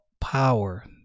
power